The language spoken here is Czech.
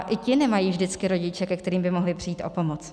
I ti nemají vždycky rodiče, ke kterým by mohli přijít pro pomoc.